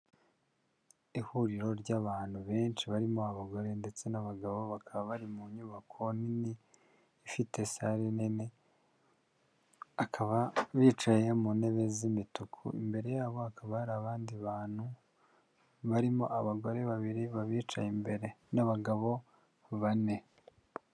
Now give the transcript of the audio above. Ihuriro ry'abantu benshi barimo abagore ndetse n'abagabo bakaba bari mu nyubako nini ifite sare nini bakaba bicaye mu ntebe z'imituku imbere yabo hakaba hari abandi bantu barimo abagore babiri b'abicaye imbere n'abagabo bane.